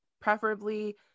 preferably